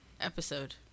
episode